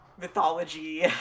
mythology